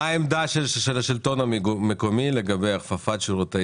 מה העמדה של השלטון המקומי לגבי הכפפת שירותי